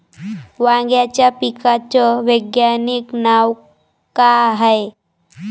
वांग्याच्या पिकाचं वैज्ञानिक नाव का हाये?